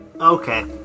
Okay